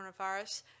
coronavirus